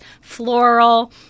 floral